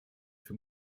für